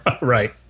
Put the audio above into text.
Right